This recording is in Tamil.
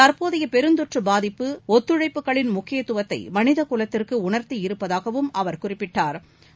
தற்போதையபெருந்தொற்றுபாதிப்பு ஒத்துழைப்புகளின் முக்கியத்துவத்தைமனிதகுலத்திற்குஉணா்த்தியிருப்பதாகவும் அவா் குறிப்பிட்டாா்